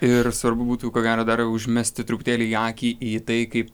ir svarbu būtų ko gero dar užmesti truputėlį akį į tai kaip